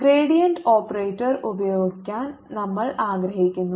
gradient operator ഉപയോഗിക്കാൻ നമ്മൾ ആഗ്രഹിക്കുന്നു